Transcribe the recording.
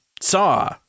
saw